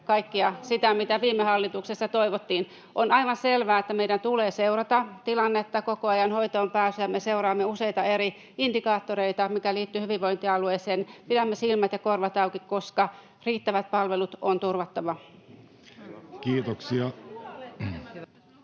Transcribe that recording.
kaikkea sitä, mitä viime hallituksessa toivottiin. On aivan selvää, että meidän tulee seurata hoitoonpääsyn tilannetta koko ajan, ja me seuraamme useita eri indikaattoreita, mitkä liittyvät hyvinvointialueisiin. Pidämme silmät ja korvat auki, koska riittävät palvelut on turvattava. [Speech